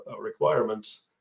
requirements